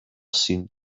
seemed